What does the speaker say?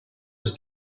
was